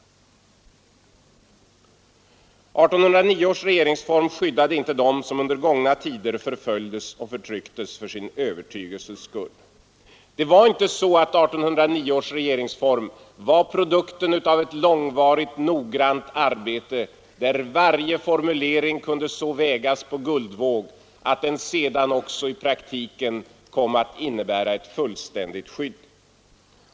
1809 års regeringsform skyddade inte dem som under gångna tider förföljdes och förtrycktes för sin övertygelses skull. Det var inte så att 1809 års regeringsform var produkten av ett långvarigt noggrant arbete där varje formulering kunde så vägas på guldvåg att den också i praktiken kom att innebära ett fullständigt skydd.